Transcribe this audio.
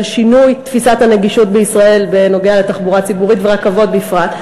שינוי תפיסת הנגישות בישראל בתחבורה ציבורית וברכבות בפרט.